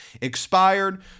expired